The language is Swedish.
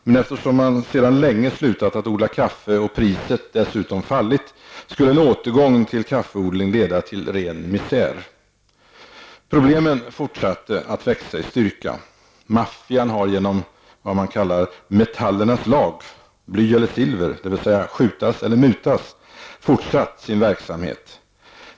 Men eftersom man sedan länge slutat att odla kaffe och priset dessutom fallit, skulle en återgång till kaffeodling leda till ren misär. Problemen fortsatte att växa i styrka. Maffian har genom ''metallernas lag'' -- bly eller silver, dvs. skjutas eller mutas -- fortsatt sin verksamhet.